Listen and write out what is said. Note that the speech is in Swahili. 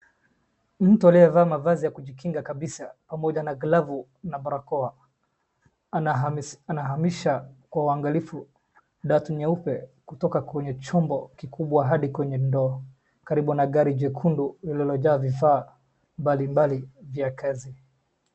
Mtu aliyevaa mavazi ya kujikinga kabisa pamoja na glavu na barakoa. Anahamisha kwa uangalifu datu nyeupe kutoka kwenye chombo kikubwa hadi kwenye ndoo karibu na gari jekundu lililojaa vifaa mbalimbali vya kazi.